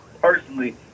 personally